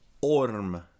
Orm